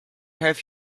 have